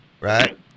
right